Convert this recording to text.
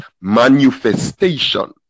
manifestation